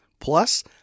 Plus